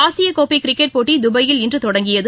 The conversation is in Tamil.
ஆசியக்கோப்பைகிரிக்கெட் போட்டிதுபாயில் இன்றுதொடங்கியது